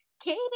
Katie